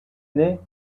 née